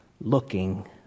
looking